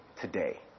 today